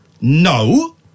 no